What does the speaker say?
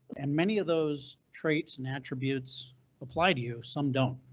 and many of those traits and attributes apply to you, some don't.